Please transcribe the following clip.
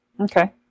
Okay